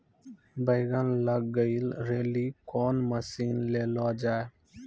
बैंगन लग गई रैली कौन मसीन ले लो जाए?